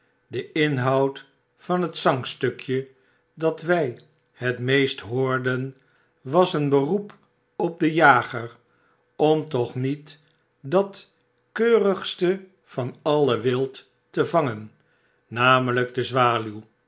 de inhoud van het zangstnkje dat wij het meest hoorden was een beroep op den jager om toch niet dat keurigste van alle wild te vangen namelijk de zwaluw